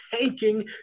tanking